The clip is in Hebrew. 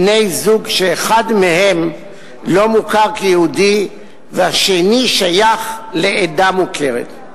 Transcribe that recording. בני-זוג שאחד מהם לא מוכר כיהודי והשני שייך לעדה מוכרת.